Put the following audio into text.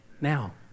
Now